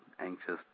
anxious